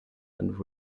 and